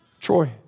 Troy